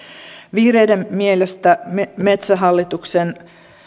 vihreiden mielestä metsähallituksen